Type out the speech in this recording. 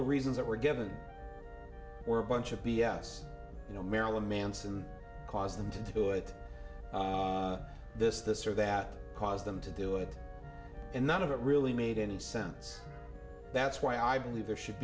the reasons that were given were a bunch of b s you know marilyn manson caused them to do it this this or that cause them to do it and none of it really made any sense that's why i believe there should